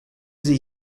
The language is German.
sie